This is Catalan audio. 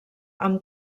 amb